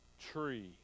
tree